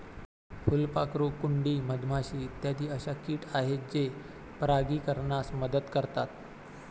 फुलपाखरू, कुंडी, मधमाशी इत्यादी अशा किट आहेत जे परागीकरणास मदत करतात